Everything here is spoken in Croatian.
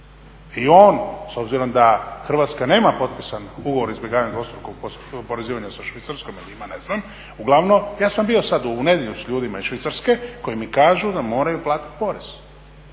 I on s obzirom da Hrvatska nema potpisan ugovor o izbjegavanju dvostrukog oporezivanja sa Švicarskom …. Uglavnom ja sam bio sad u nedjelju s ljudima iz Švicarske koji mi kažu da moraju platit porez.